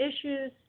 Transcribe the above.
issues